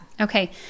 Okay